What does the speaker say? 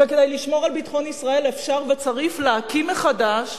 וכדי לשמור על ביטחון ישראל אפשר וצריך להקים מחדש